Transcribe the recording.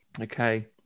Okay